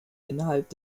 innerhalb